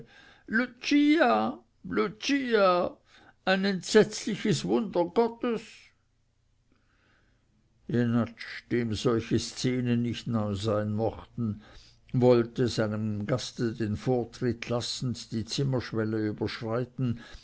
lucia ein entsetzliches wunder gottes jenatsch dem solche szenen nicht neu sein mochten wollte seinem gaste den vortritt lassend die zimmerschwelle überschreiten